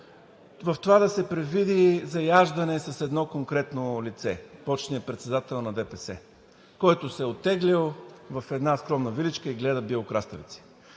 в това да се предвиди заяждане с едно конкретно лице – почетният председател на ДПС, който се е оттеглил в една скромна виличка и гледа биокраставици.